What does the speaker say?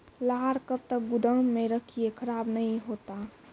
लहार कब तक गुदाम मे रखिए खराब नहीं होता?